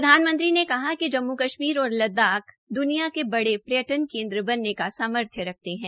प्रधानमंत्री ने कहा कि जम्मू कश्मीर और लद्दाख द्निया के बड़े पर्यटन केन्द्र बनने का सामर्थ्य रखते है